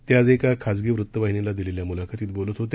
तेआजएकाखाजगीवृत्तवाहिनीलादिलेल्यामुलाखतीतबोलतहोते